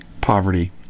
poverty